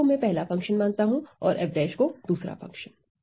g को मैं पहला फंक्शन मानता हूं और f' को दूसरा फंक्शन